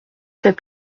fait